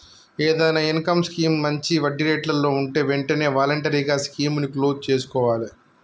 ఏదైనా income scheme మంచి వడ్డీరేట్లలో వుంటే వెంటనే వాలంటరీగా స్కీముని క్లోజ్ చేసుకోవాలే